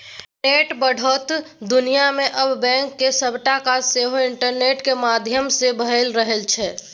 इंटरनेटक बढ़ैत दुनियाँ मे आब बैंकक सबटा काज सेहो इंटरनेट केर माध्यमसँ भए रहल छै